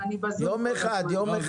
יום אחד, יום אחד.